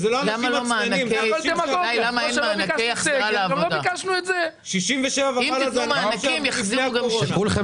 20,000 גילאי 67 ומעלה, הם לא אשמים.